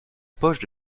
poche